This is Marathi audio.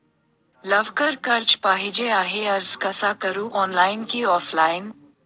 लवकर कर्ज पाहिजे आहे अर्ज कसा करु ऑनलाइन कि ऑफलाइन?